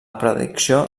predicció